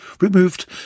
removed